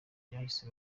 bahise